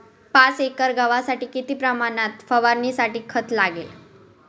पाच एकर गव्हासाठी किती प्रमाणात फवारणीसाठी खत लागेल?